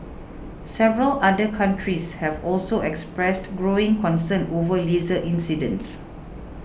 several other countries have also expressed growing concern over laser incidents